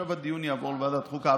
עכשיו הדיון יעבור לוועדת החוקה.